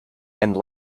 and